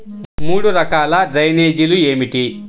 మూడు రకాల డ్రైనేజీలు ఏమిటి?